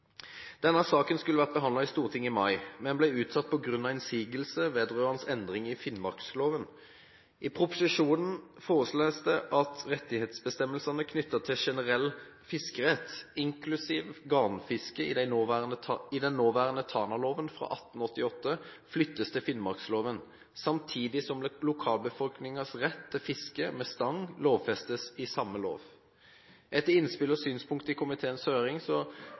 Denne saken skulle vært behandlet i Stortinget i mai, men ble utsatt på grunn av innsigelser vedrørende endringer i finnmarksloven. I proposisjonen foreslås det at rettighetsbestemmelsene knyttet til generell fiskerett – inklusiv bestemmelsene om garnfiske i den nåværende Tanaloven fra 1888 – flyttes til finnmarksloven, samtidig som lokalbefolkningens rett til fiske med stang lovfestes i samme lov. Etter innspill og synspunkter i komiteens høring